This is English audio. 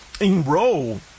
enroll